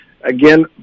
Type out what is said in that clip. again